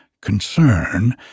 concern